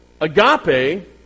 agape